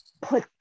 put